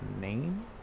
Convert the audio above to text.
name